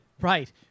Right